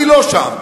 אני לא שם.